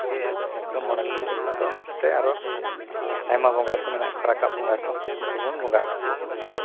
ᱤᱱᱟᱹ ᱯᱚᱨᱮ ᱢᱚᱬᱮ ᱠᱚ ᱛᱩᱨᱩᱭ ᱠᱚ ᱚᱱᱟ ᱥᱟᱣᱛᱮ ᱟᱨᱚ ᱟᱭᱢᱟ ᱵᱚᱸᱜᱟ ᱠᱚ ᱢᱮᱱᱟᱜ ᱠᱚᱣᱟ ᱨᱟᱠᱟᱵ ᱵᱚᱸᱜᱟ ᱠᱚ ᱩᱱᱠᱩ ᱵᱚᱱ ᱵᱚᱸᱜᱟ ᱟᱠᱚ ᱠᱟᱱᱟ